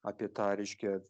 apie tą reiškia